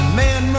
man